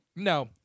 No